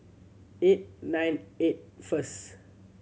eight nine eight first